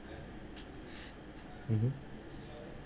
mmhmm